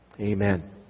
Amen